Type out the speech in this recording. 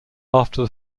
after